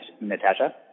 Natasha